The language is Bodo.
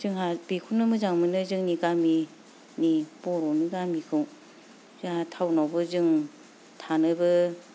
जोंहा बेखौनो मोजां मोनो जोंनि गामिनि बर'नि गामिखौ जोंहा टाउनावबो जों थानोबो